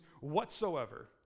whatsoever